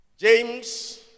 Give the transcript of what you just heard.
James